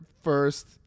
first